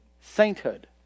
sainthood